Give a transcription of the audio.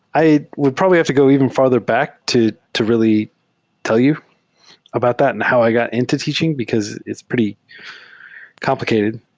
i will probably have to go even farther back to to really tell you about that now i got into teaching, because it's pretty complicated.